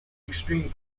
extreme